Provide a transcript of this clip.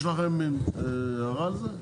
יש לכם הערה על זה?